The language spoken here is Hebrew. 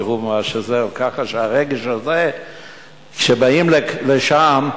כך שהרגש הזה שבאים לשם,